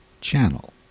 Channel